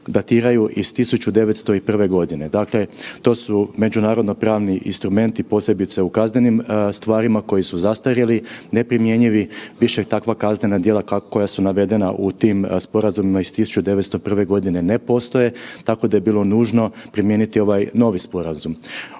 datiraju iz 1901.g. Dakle, to su međunarodno pravni instrumenti, posebice u kaznenim stvarima koji su zastarjeli, neprimjenjivi, više takva kaznena djela koja su navedena u tim sporazumima iz 1901.g. ne postoje, tako da je bilo nužno primijeniti ovaj novi sporazum.